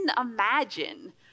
imagine